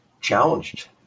challenged